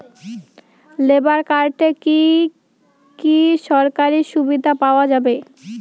Labour কার্ডে কি কি সরকারি সুবিধা পাওয়া যাবে?